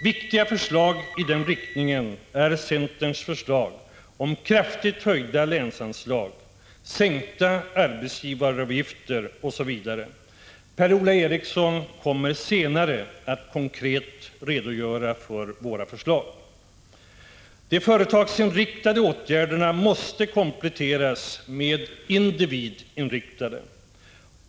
Viktiga förslag i den riktningen är centerns förslag om kraftigt höjda länsanslag, sänkta arbetsgivaravgifter osv. Per-Ola Eriksson kommer senare att konkret redogöra för våra förslag. De företagsinriktade åtgärderna måste kompletteras med individinriktade.